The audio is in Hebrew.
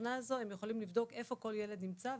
ובתוכנה הזו הם יכולים לבדוק איפה כל ילד נמצא,